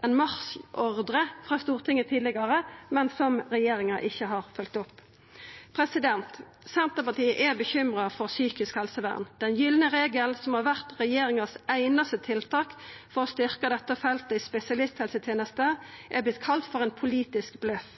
ein marsjordre frå Stortinget tidlegare, men som regjeringa ikkje har følgt opp. Senterpartiet er bekymra for psykisk helsevern. Den gylne regel, som har vore det einaste tiltaket frå regjeringa for å styrkja dette feltet i spesialisthelsetenesta, har vorte kalla for ein politisk bløff.